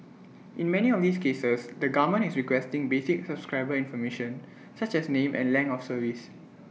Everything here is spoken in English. in many of these cases the government is requesting basic subscriber information such as name and length of service